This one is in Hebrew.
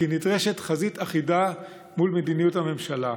כי נדרשת חזית אחידה מול מדיניות הממשלה.